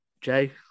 Jay